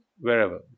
wherever